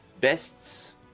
Bests